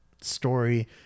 story